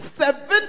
seven